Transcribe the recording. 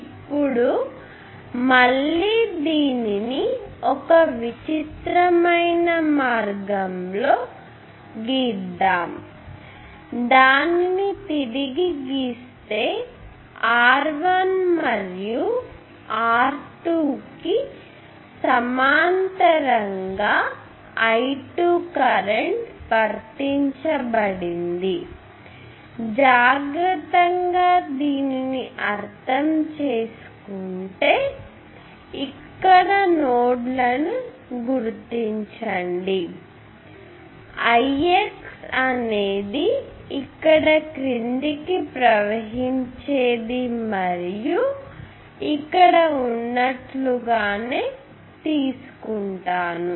ఇప్పుడు మళ్ళీ దీనిని ఒక విచిత్రమైన మార్గంలో గీసాను దానిని తిరిగి గీస్తే R 1 మరియు R2 కి సమాంతరంగా I2 కరెంట్ వర్తించబడింది జాగ్రత్తగా దీనిని అర్థం చేసుకోండి దయచేసి ఇక్కడ నోడ్లను గుర్తించండి Ix అనేది ఇక్కడి క్రిందికి ప్రవహించేది మరియు ఇక్కడ ఉన్నట్లుగానే తీసుకున్నాను